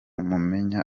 mumenya